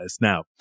Now